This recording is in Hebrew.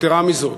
יתרה מזאת,